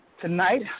tonight